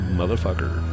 motherfucker